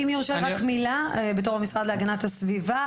אם יורשה לי, רק מילה, בתור המשרד להגנת הסביבה.